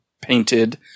painted